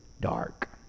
dark